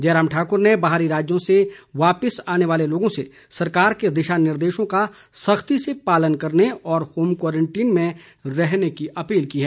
जयराम ठाकुर ने बाहरी राज्यों से वापिस आने वाले लोगों से सरकार के दिशा निर्देशों का सख्ती से पालन करने और होम क्वारंटीन में रहने की अपील की है